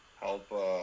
help